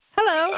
Hello